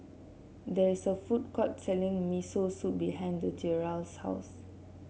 there is a food court selling Miso Soup behind Gerald's house